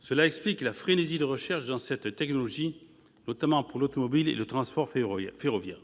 Cela explique la frénésie de recherche dans cette technologie, notamment pour l'automobile et le transport ferroviaire.